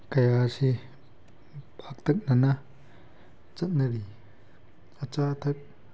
ꯀꯌꯥ ꯑꯁꯤ ꯄꯥꯛꯇꯛꯅꯅ ꯆꯠꯅꯔꯤ ꯑꯆꯥ ꯑꯊꯛ